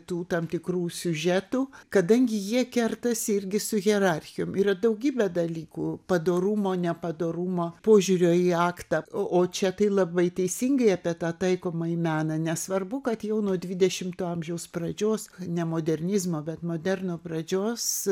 tų tam tikrų siužetų kadangi jie kertasi irgi su hierarchijom yra daugybė dalykų padorumo nepadorumo požiūrio į aktą o čia tai labai teisingai apie tą taikomąjį meną nesvarbu kad jau nuo dvidešimto amžiaus pradžios ne modernizmo bet moderno pradžios